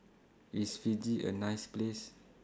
IS Fiji A nice Place